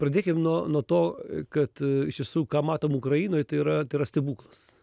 pradėkim nuo nuo to kad iš tiesų ką matom ukrainoj tai yra tai yra stebuklas